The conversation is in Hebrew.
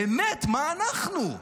באמת, מה אנחנו?